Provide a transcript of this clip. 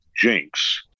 jinx